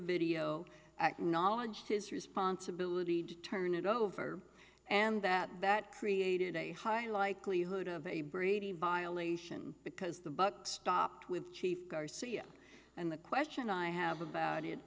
video acknowledged his responsibility to turn it over and that that created a high likelihood of a brady violation because the buck stopped with chief garcia and the question i have about it